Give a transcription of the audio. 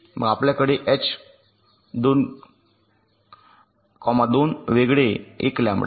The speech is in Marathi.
मग आपल्याकडे एच 2 2 वेगळे 1 लँबडा